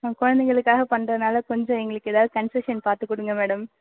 ஆ குழந்தைங்களுக்காக பண்ணுறதுனால கொஞ்சம் எங்களுக்கு ஏதாவது கன்சஷன் பார்த்து கொடுங்க மேடம்